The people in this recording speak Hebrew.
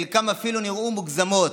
חלקן אפילו נראו מוגזמות,